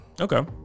Okay